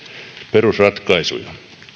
perusratkaisuja